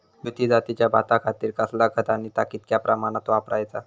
ज्योती जातीच्या भाताखातीर कसला खत आणि ता कितक्या प्रमाणात वापराचा?